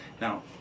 Now